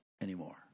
anymore